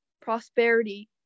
prosperity